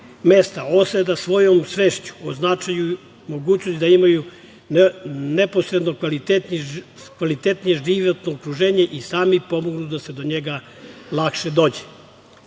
mesta ostaje da svojom svešću o značaju mogućnosti da imaju kvalitetnije životno okruženje i sami pomognu da se do njega lakše